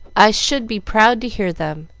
i should be proud to hear them,